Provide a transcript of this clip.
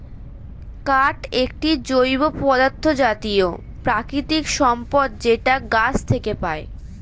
কাঠ একটি জৈব পদার্থ জাতীয় প্রাকৃতিক সম্পদ যেটা গাছ থেকে পায়